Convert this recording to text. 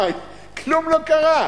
מה, כלום לא קרה.